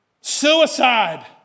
Suicide